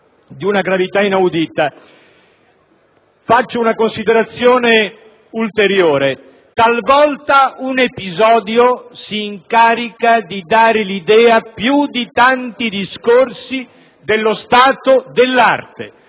di una gravità inaudita. Faccio un'ulteriore considerazione: talvolta un episodio si incarica di dare l'idea più di tanti discorsi dello stato dell'arte.